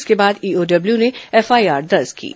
इसके बाद ईओडब्ल्यू ने एफआईआर दर्ज किया है